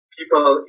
people